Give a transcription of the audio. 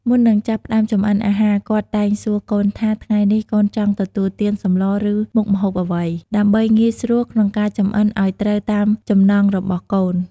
មុននឹងចាប់ផ្ដើមចម្អិនអាហារ គាត់តែងសួរកូនថា "ថ្ងៃនេះកូនចង់ទទួលទានសម្លរ ឬមុខម្ហូបអ្វី?" ដើម្បីងាយស្រួលក្នុងការចម្អិនឲ្យត្រូវតាមចំណង់របស់កូន។